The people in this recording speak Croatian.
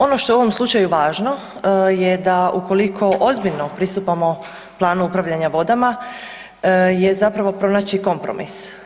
Ono što je u ovom slučaju važno je da ukoliko ozbiljno pristupamo planu upravljanja vodama je zapravo pronaći kompromis.